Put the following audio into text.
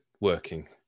working